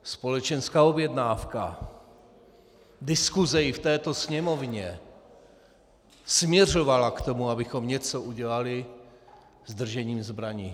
Společenská objednávka, diskuse i v této Sněmovně směřovala k tomu, abychom něco udělali s držením zbraní.